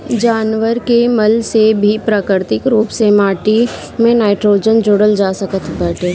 जानवर के मल से भी प्राकृतिक रूप से माटी में नाइट्रोजन जोड़ल जा सकत बाटे